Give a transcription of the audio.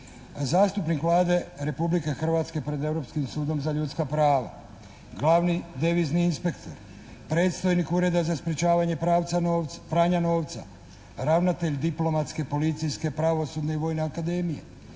zastupnik Vlade Republike Hrvatske pred Europskim sudom za ljudska prava. Glavni devizni inspektor, predstojnik Ureda za sprječavanje pranja novca, ravnatelj diplomatske, policijske, pravosudne i vojne akademije,